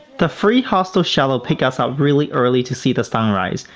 the free hostel shuttle pickup us up really early to see the sunrise,